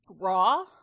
raw